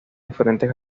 diferentes